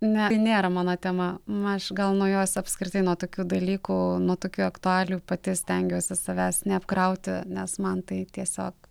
ne tai nėra mano tema aš gal nuo jos apskritai nuo tokių dalykų nuo tokių aktualijų pati stengiuosi savęs neapkrauti nes man tai tiesiog